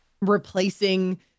replacing